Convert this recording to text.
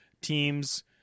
teams